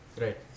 Right